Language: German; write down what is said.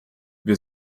wir